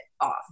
off